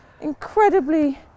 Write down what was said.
incredibly